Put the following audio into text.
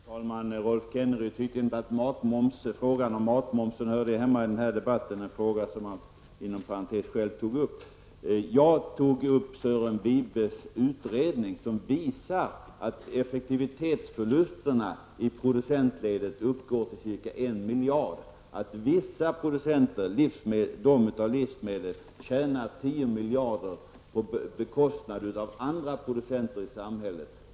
Fru talman! Rolf Kenneryd tycker inte att frågan om matmomsen hör hemma i den här debatten. Men det var faktiskt han själv som tog upp den frågan. Jag nämnde Sören Wibes utredning, vilken visar att effektivitetsförlusterna i producentledet uppgår till ca 1 miljard. Vissa producenter av livsmedel tjänar 10 miljarder på andra producenters bekostnad.